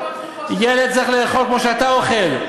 כי ילד צריך לאכול כמו שאתה אוכל.